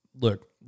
look